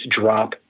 drop